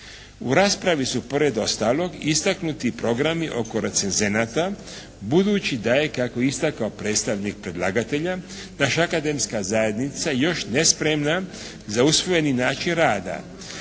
U raspravi su pored ostalog istaknuti programi oko recenzenata budući da je kako je istakao predstavnik predlagatelja naša akademska zajednica još nespremna za usvojeni način rada,